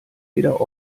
weder